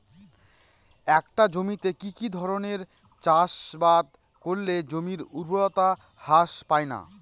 একটা জমিতে কি কি ধরনের চাষাবাদ করলে জমির উর্বরতা হ্রাস পায়না?